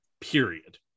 period